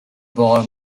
bauer